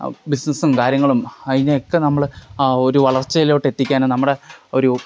ബിസിനസും കാര്യങ്ങളും അതിനെ ഒക്കെ നമ്മള് ഒരു വളർച്ചയിലോട്ട് എത്തിക്കാനും നമ്മുടെ ഒരു